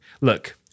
Look